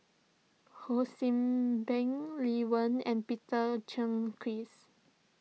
Ho See Beng Lee Wen and Peter Gilchrist